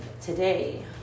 today